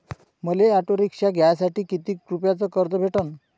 मले auto rickshaw घ्यासाठी कितीक रुपयाच कर्ज भेटनं?